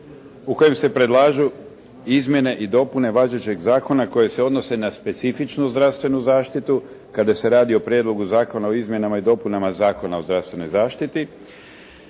u kojem se predlažu izmjene i dopune važećeg zakona koje se odnose na specifičnu zdravstvenu zaštitu, kada se radi o Prijedlogu zakona o izmjenama i dopunama Zakona o zdravstvenoj zaštiti